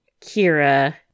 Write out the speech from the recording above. Kira